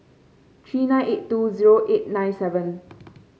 three nine eight two zero eight nine seven